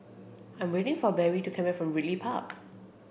I'm waiting for Berry to come back from Ridley Park